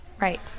right